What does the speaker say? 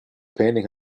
painting